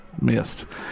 missed